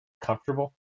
comfortable